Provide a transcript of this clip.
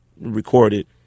recorded